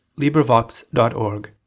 LibriVox.org